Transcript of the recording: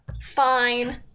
Fine